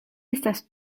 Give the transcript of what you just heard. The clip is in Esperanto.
estas